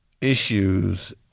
issues